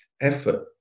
effort